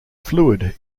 fluid